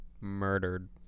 Murdered